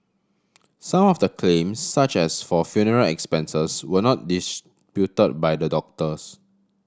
some of the claims such as for funeral expenses were not disputed by the doctors